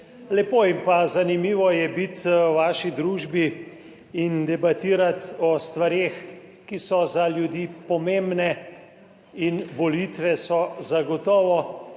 Lepo in pa zanimivo je biti v vaši družbi in debatirati o stvareh, ki so za ljudi pomembne in volitve so zagotovo,